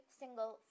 single